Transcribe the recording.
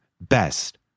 Best